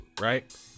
right